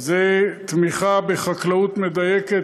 זה תמיכה בחקלאות מדייקת,